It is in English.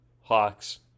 Hawks